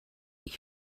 you